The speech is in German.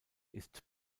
ist